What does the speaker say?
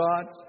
God